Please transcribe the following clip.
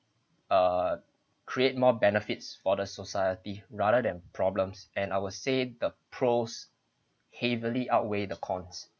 err create more benefits for the society rather than problems and I will say the pros heavily outweigh the cons